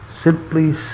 simply